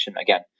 again